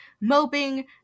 moping